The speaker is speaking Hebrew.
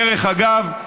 דרך אגב,